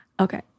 Okay